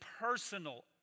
personal